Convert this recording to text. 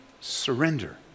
surrender